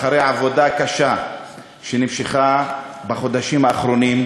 אחרי עבודה קשה שנמשכה בחודשים האחרונים,